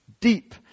deep